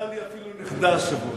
נולדה לי אפילו נכדה השבוע.